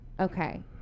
Okay